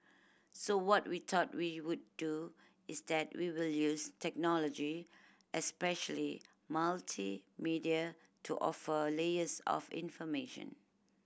so what we thought we would do is that we will use technology especially multimedia to offer layers of information